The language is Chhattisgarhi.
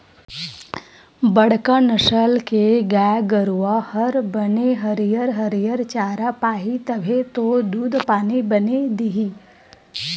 बड़का नसल के गाय गरूवा हर बने हरियर हरियर चारा पाही तभे तो दूद पानी बने दिही